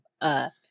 up